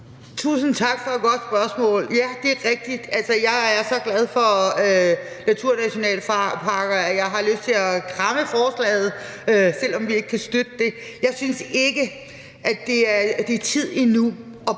Tusind tak for et godt spørgsmål. Det er rigtigt: Jeg er så glad for naturnationalparker, at jeg har lyst til at kramme forslaget, selv om vi ikke kan støtte det. Jeg synes ikke, at det er tid endnu